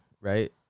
right